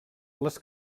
les